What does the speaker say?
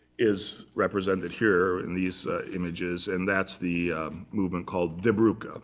is represented here in these images. and that's the movement called die brucke,